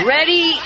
Ready